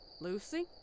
Lucy